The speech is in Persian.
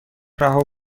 رها